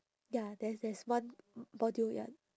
ya there's there's one module ya